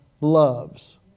loves